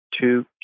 Two